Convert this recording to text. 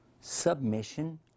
submission